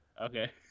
Okay